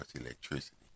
electricity